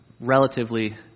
relatively